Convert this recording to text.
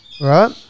Right